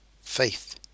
faith